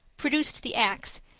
produced the axe,